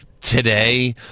today